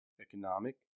economic